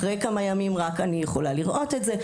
רק אחרי כמה ימים אני יכולה לראות את זה.